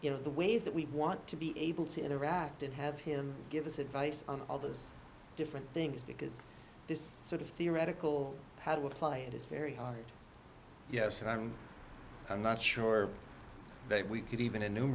you know the ways that we want to be able to interact and have him give us advice on all those different things because this sort of theoretical had with a client is very hard yes and i'm not sure that we could even